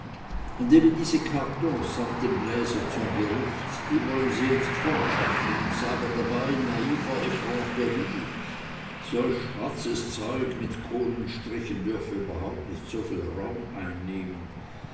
und eben diese kartons samt dem bläser zum gericht die wollen sie jetzt fortschaffen und sagen dabei in naiver effronterie solch schwarzes zeug mit kohlenstrichen dürfe überhaupt nicht soviel raum einnehmen